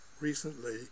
recently